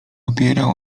opierał